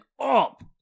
up